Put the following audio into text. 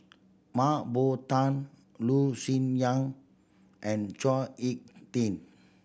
Mah Bow Tan Loh Sin Yun and Chao Hick Tin